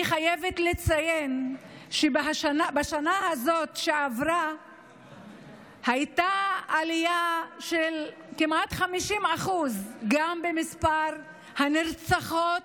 אני חייבת לציין שבשנה שעברה הייתה עלייה של כמעט 50% גם במספר הנרצחות,